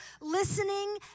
listening